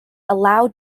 allow